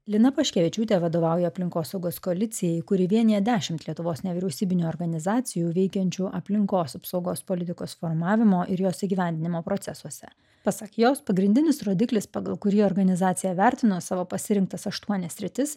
lina paškevičiūtė vadovauja aplinkosaugos koalicijai kuri vienija dešimt lietuvos nevyriausybinių organizacijų veikiančių aplinkos apsaugos politikos formavimo ir jos įgyvendinimo procesuose pasak jos pagrindinis rodiklis pagal kurį organizacija vertino savo pasirinktas aštuonias sritis